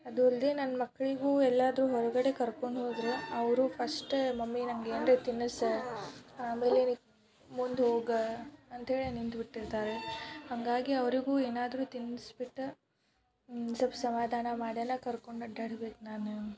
ಅದೂ ಅಲ್ಲದೆ ನನ್ನ ಮಕ್ಕಳಿಗೂ ಎಲ್ಲಾದರೂ ಹೊರಗಡೆ ಕರ್ಕೊಂಡು ಹೋದರೆ ಅವರು ಫಷ್ಟೇ ಮಮ್ಮಿ ನನ್ಗೆ ಏನ್ರೂ ತಿನ್ನಿಸು ಆಮೇಲೆ ನೀ ಮುಂದೆ ಹೋಗು ಅಂತ್ಹೇಳಿ ನಿಂತುಬಿಟ್ಟಿರ್ತಾರೆ ಹಾಗಾಗಿ ಅವರಿಗೂ ಏನಾದರೂ ತಿನ್ನಿಸ್ಬಿಟ್ಟೇ ಸಲ್ಪ್ ಸಮಾಧಾನ ಮಾಡಿ ಎಲ್ಲ ಕರ್ಕೊಂಡು ಅಡ್ಡಾಡ್ಬೇಕು ನಾನು